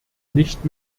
nicht